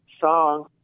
song